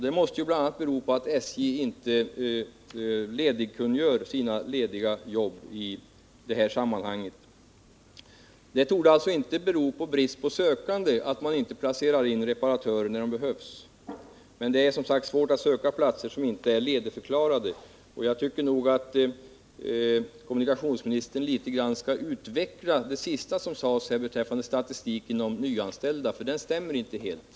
Det måste bl.a. bero på att SJ inte ledigkungör sina jobb på det här området. Orsaken till att man inte placerar in reparatörer där de behövs torde alltså inte vara brist på arbetssökande, för det är svårt att söka platser som inte är ledigförklarade. Jag tycker att kommunikationsministern borde utveckla det sista hon sade beträffande statistiken över nyanställda. Den stämmer nämligen inte helt.